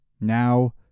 Now